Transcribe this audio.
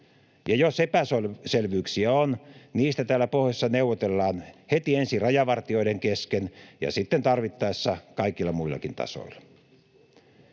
Ja jos epäselvyyksiä on, niistä täällä pohjoisessa neuvotellaan heti ensin rajavartioiden kesken ja sitten tarvittaessa kaikilla muillakin tasoilla.